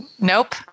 Nope